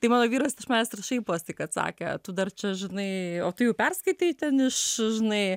tai mano vyras tai iš manęs ir šaiposi kad sakė tu dar čia žinai o tu jau perskaitei ten iš žinai